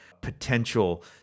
potential